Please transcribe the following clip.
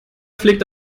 fliegt